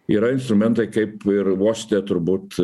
yra instrumentai kaip ir uoste turbūt